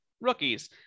rookies